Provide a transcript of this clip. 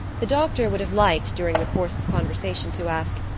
the doctor would have liked during the course of conversation to ask,